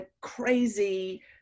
crazy